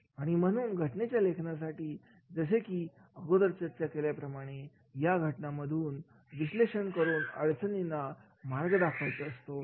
आणि म्हणून घटनेच्या लेखनामध्येजसे की अगोदर चर्चा केल्याप्रमाणे या घटनांमधून विश्लेषण करून अडचणींना मार्ग दाखवायचा असतो